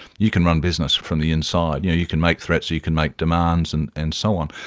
you can run business from the inside, you know you can make threats, you you can make demands and and so on.